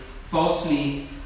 falsely